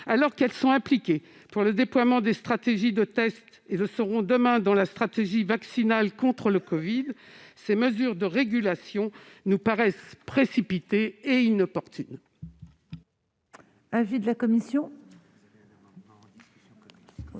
alors qu'elles sont impliquées dans le déploiement des stratégies de tests et qu'elles le seront encore demain dans le cadre de la stratégie vaccinale contre la covid-19, ces mesures de régulation nous paraissent précipitées et inopportunes.